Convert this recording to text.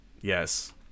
Yes